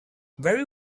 very